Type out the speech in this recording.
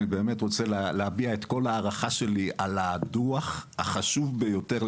אני באמת רוצה להביע את כל הערכתי לדוח החשוב ביותר.